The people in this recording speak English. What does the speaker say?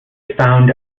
found